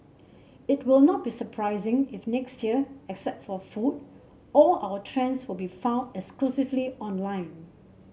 it will not be surprising if next year except for food all our trends will be found exclusively online